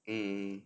mm mm mm